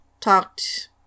talked